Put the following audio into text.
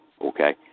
okay